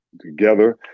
together